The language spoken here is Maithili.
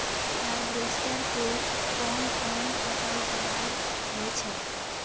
हार्वेस्टर के कोन कोन फसल तैयार होय छै?